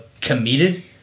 committed